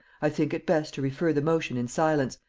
i think it best to refer the motion in silence,